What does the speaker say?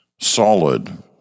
solid